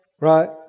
right